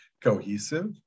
cohesive